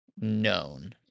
known